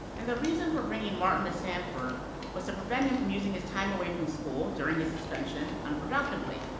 and the reason for bringing martin to sanford was to prevent him from using his time away from school, during his suspension, unproductively,